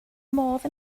modd